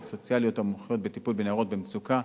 סוציאליות המומחיות בטיפול בנערות במצוקה.